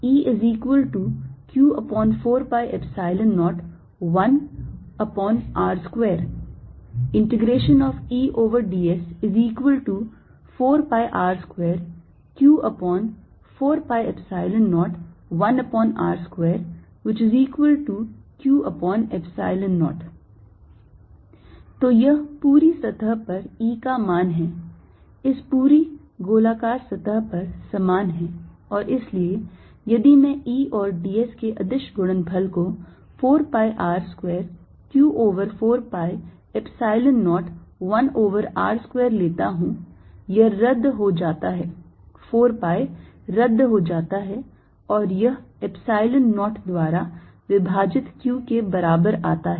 EdsEarea Eq4π01r2 Eds4πr2q4π01r2q0 तो यह पूरी सतह पर E का मान है इस पूरी गोलाकार सतह पर समान है और इसलिए यदि मैं E और d s के अदिश गुणनफल को 4 pi r square q over 4 pi Epsilon 0 1 over r square लेता हूँ यह रद्द हो जाता है 4 pi रद्द हो जाता है और यह Epsilon 0 द्वारा विभाजित q के बराबर आता है